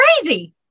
crazy